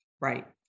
Right